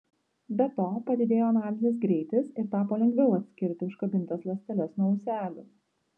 be to padidėjo analizės greitis ir tapo lengviau atskirti užkabintas ląsteles nuo ūselių